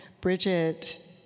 Bridget